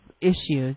issues